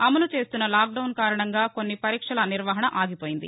అమలు చేస్తున్న లాక్డౌన్ కారణంగా కొన్ని పరీక్షల నిర్వహణ ఆగిపోయింది